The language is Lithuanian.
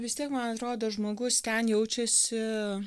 vis tiek man atrodo žmogus ten jaučiasi